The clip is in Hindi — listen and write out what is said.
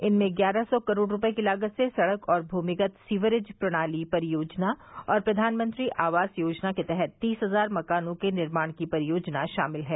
इनमें ग्यारह सौ करोड़ रुपये की लागत से सड़क और भूमिगत सीकरेज प्रणाली परियोजना और प्रधानमंत्री आवास योजना के तहत तीस हजार मकानों के निर्माण की परियोजना शामिल है